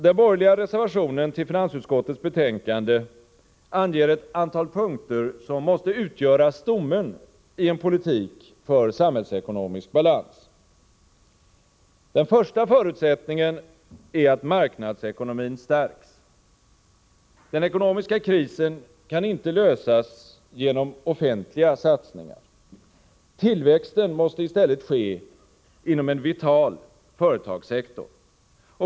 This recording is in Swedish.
Den borgerliga reservationen till finansutskottets betänkande anger ett antal punkter som måste utgöra stommen i en politik för samhällsekonomisk balans. Den första förutsättningen är att marknadsekonomin stärks. Den ekonomiska krisen kan inte lösas genom offentliga satsningar. Tillväxten måste i stället ske inom en vital företagssektor.